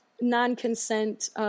non-consent